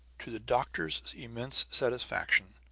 to the doctor's immense satisfaction,